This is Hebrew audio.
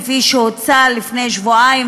כפי שהוצע לפני שבועיים,